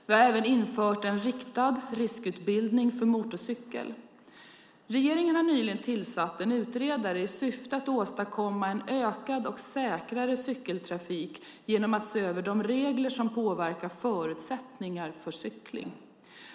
Vi har även infört en riktad riskutbildning för motorcykel. Regeringen har nyligen tillsatt en utredare i syfte att åstadkomma en ökad och säkrare cykeltrafik genom att se över de regler som påverkar förutsättningar för cykling.